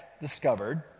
discovered